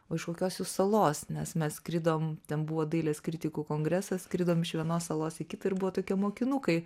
o iš kokios jūs salos nes mes skridom ten buvo dailės kritikų kongresas skridom iš vienos salos į kitą ir buvo tokie mokinukai